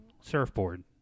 surfboard